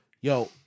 Yo